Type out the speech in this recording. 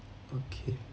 okay